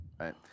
right